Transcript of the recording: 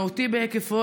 מהותי בהיקפו,